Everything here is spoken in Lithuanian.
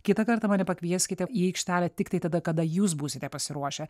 kitą kartą mane pakvieskite į aikštelę tiktai tada kada jūs būsite pasiruošę